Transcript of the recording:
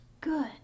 good